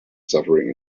suffering